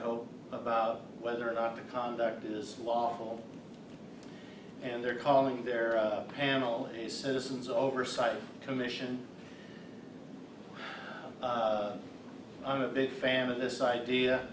hold about whether or not the conduct is lawful and they're calling their panel a citizens oversight commission i'm a big fan of this idea